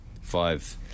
five